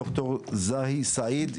ד"ר זעי סעיד,